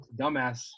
dumbass